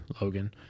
Logan